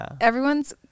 everyone's